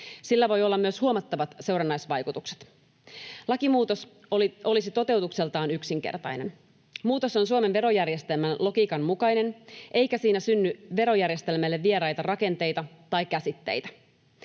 Sillä voi olla myös huomattavat seurannaisvaikutukset. Lakimuutos olisi toteutukseltaan yksinkertainen. Muutos on Suomen verojärjestelmän logiikan mukainen, eikä siinä synny verojärjestelmälle vieraita rakenteita tai käsitteitä.